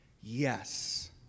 Yes